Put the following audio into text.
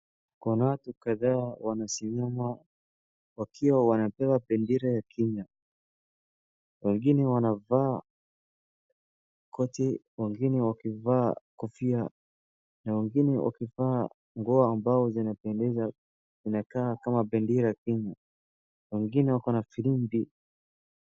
Kuna watu kadhaa wamesimama wakiwa wanabeba bendera ya Kenya. Wengine wamevaa koti, wengine wakivaa kofia na wengine wakivaa nguo ambazo zinapendeza zinakaa kama bendera ya Kenya. Wengine wakona firimbi.